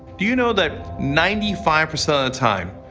do you know that, ninety five percent of the time,